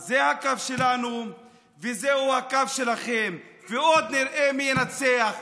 אז זה הקו שלנו וזהו הקו שלכם, ועוד נראה מי ינצח.